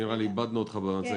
נראה לי שאיבדנו אותך במצגת.